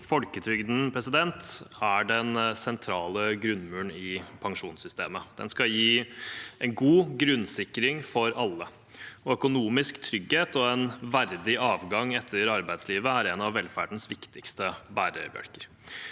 Folketrygden er den sentrale grunnmuren i pensjonssystemet. Den skal gi en god grunnsikring for alle. Økonomisk trygghet og en verdig avgang etter arbeidslivet er en av velferdens viktigste bærebjelker.